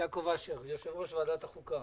יושב-ראש ועדת החוקה.